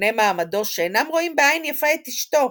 ובני מעמדו שאינם רואים בעין יפה את אשתו,